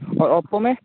और ऑपो में